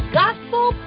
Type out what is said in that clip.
gospel